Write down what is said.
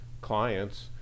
clients